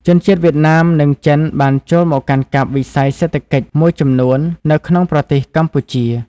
ជនជាតិវៀតណាម និងចិនបានចូលមកកាន់កាប់វិស័យសេដ្ឋកិច្ចមួយចំនួននៅក្នុងប្រទេសកម្ពុជា។